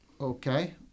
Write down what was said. Okay